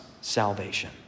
salvation